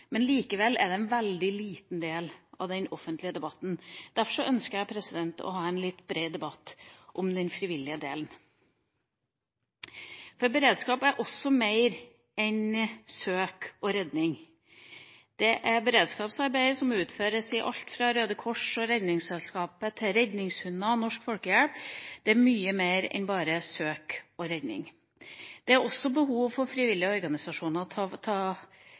men likevel er det en veldig liten del av den offentlige debatten. Derfor ønsker jeg å ha en litt bred debatt om den frivillige delen. Beredskap er også mer enn søk og redning. Beredskapsarbeidet som utføres innenfor alt fra Røde Kors og Redningsselskapet til redningshunder og Norsk Folkehjelp er mye mer enn bare søk og redning. Det er også behov for at frivillige organisasjoner